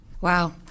Wow